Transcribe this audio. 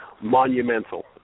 monumental